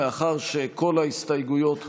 מאחר שכל ההסתייגויות הוסרו,